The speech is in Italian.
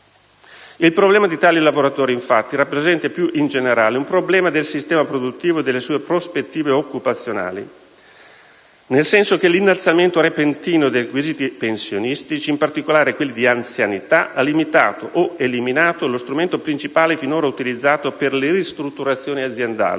Il problema di tali lavoratori, infatti, rappresenta più in generale un problema del sistema produttivo e delle sue prospettive occupazionali, nel senso che l'innalzamento repentino dei requisiti pensionistici, in particolare quelli di anzianità, ha limitato o eliminato lo strumento principale finora utilizzato per le ristrutturazioni aziendali,